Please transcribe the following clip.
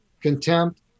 contempt